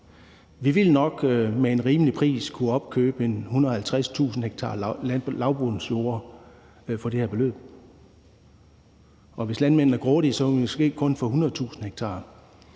Vi ville nok med en rimelig pris kunne opkøbe ca. 150.000 ha lavbundsjorder for det her beløb. Hvis landmændene er grådige, ville vi måske kun få 100.000 ha.